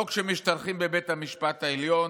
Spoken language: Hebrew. לא כשמשתלחים בבית המשפט העליון,